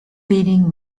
feeling